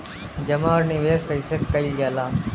जमा और निवेश कइसे कइल जाला?